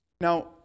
Now